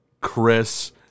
chris